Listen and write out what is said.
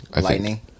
Lightning